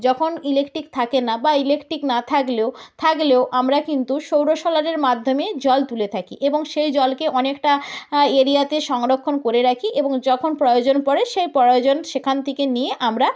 যখন ইলেকট্রিক থাকে না বা ইলেকট্রিক না থাকলেও থাকলেও আমরা কিন্তু সৌর সোলারের মাধ্যমে জল তুলে থাকি এবং সেই জলকে অনেকটা এরিয়াতে সংরক্ষণ করে রাখি এবং যখন প্রয়োজন পড়ে সেই প্রয়োজন সেখান থেকে নিয়ে আমরা